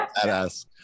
badass